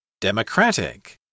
Democratic